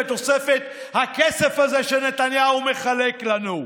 בתוספת הכסף הזה שנתניהו מחלק לנו.